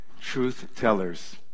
truth-tellers